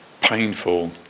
painful